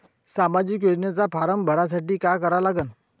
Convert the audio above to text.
सामाजिक योजनेचा फारम भरासाठी का करा लागन?